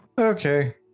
Okay